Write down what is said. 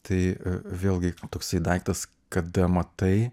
tai vėlgi toksai daiktas kada matai